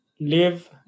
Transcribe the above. live